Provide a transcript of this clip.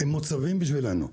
הם מוצבים בשבילנו.